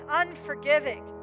unforgiving